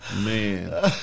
Man